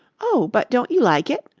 oh, but don't you like it?